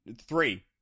three